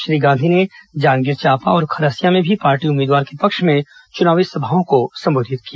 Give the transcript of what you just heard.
श्री गांधी ने जांजगीर चांपा और खरसिया में भी पार्टी उम्मीदवार के पक्ष में चुनावी सभा को संबोधित किया